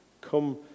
come